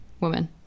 woman